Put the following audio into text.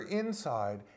inside